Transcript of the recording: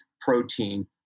protein